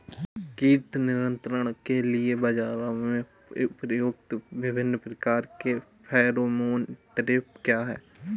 कीट नियंत्रण के लिए बाजरा में प्रयुक्त विभिन्न प्रकार के फेरोमोन ट्रैप क्या है?